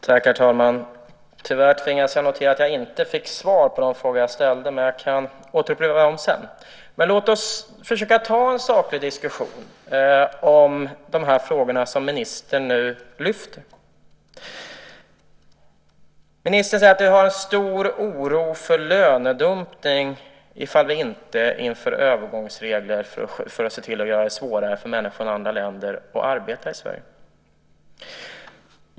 Herr talman! Tyvärr tvingas jag notera att jag inte fick svar på de frågor jag ställde, men jag kan upprepa dem sedan. Låt oss försöka ta en saklig diskussion om de frågor som ministern nu lyfter upp. Ministern säger att det finns en stor oro för lönedumpning om vi inte inför övergångsregler för att se till att göra det svårare för människor från andra länder att arbeta i Sverige.